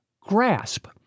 grasp